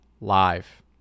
live